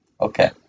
Okay